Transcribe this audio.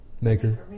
Maker